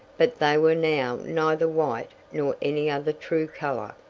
but they were now neither white nor any other true color.